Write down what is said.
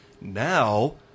Now